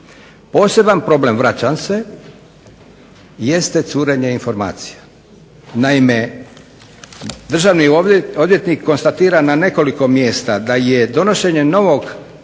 Poseban problem vraćam se, jeste curenje informacija. Naime, državni odvjetnik konstatira na nekoliko mjesta da je donošenje novog Zakona